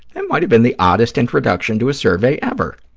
and might have been the oddest introduction to a survey ever.